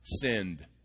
sinned